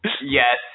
Yes